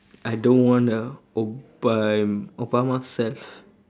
I don't want a all by obama self